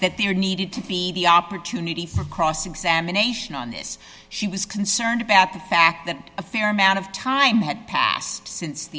that there needed to be the opportunity for cross examination on this she was concerned about the fact that a fair amount of time had passed since the